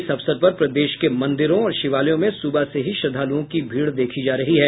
इस अवसर पर प्रदेश के मंदिरों और शिवालयों में सुबह से ही श्रद्धालुओं की भीड़ देखी जा रही है